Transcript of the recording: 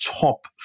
top